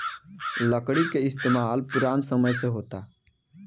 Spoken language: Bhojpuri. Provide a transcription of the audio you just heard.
लकड़ी के इस्तमाल पुरान समय से होता